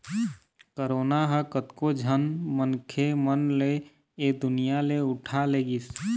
corona ह कतको झन मनखे मन ल ऐ दुनिया ले उठा लेगिस